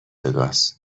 وگاس